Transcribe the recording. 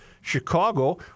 Chicago